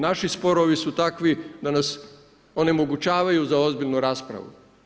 Naši sporovi su takvi da nas onemogućavaju za ozbiljnu raspravu.